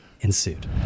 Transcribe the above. ensued